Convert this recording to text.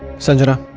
sanjana!